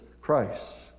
Christ